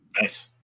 Nice